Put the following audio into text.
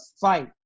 fight